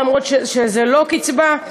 למרות שהם לא קצבה.